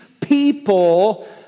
people